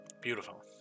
Beautiful